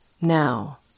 Now